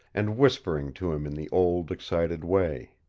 and whispering to him in the old, excited way.